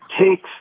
takes